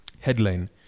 Headline